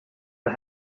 but